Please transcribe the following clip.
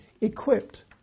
equipped